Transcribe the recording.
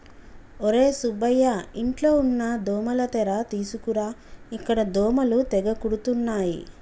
ఒర్రే సుబ్బయ్య ఇంట్లో ఉన్న దోమల తెర తీసుకురా ఇక్కడ దోమలు తెగ కుడుతున్నాయి